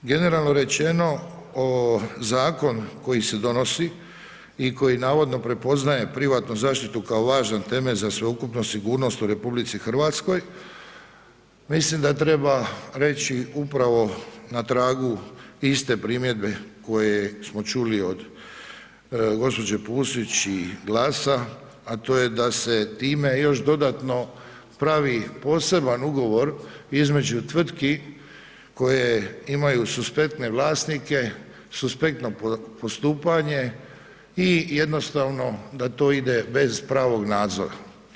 Generalno rečeno, zakon koji se donosi i koji navodno prepoznaje privatnu zaštitu kao važan temelj za ukupnu sigurnost u RH, mislim da treba reći upravo na tragu iste primjedbe koje smo čuli od gospođe Pusić i GLAS-a, a to je da se time još dodatno pravi poseban ugovor između tvrtki koje imaju suspektne vlasnike, suspektno postupanje i jednostavno da to ide bez pravog nadzora.